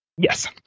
Yes